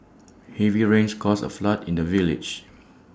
heavy rains caused A flood in the village